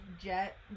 Jet